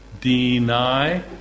deny